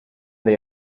they